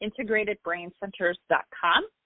integratedbraincenters.com